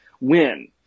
win